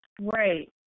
right